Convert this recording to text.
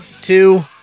two